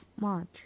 March